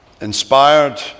inspired